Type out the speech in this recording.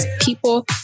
people